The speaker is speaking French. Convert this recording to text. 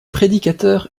prédicateur